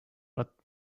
but